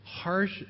harsh